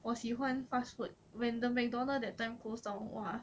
我喜欢 fast food when that mcdonald's that time close down !whoa!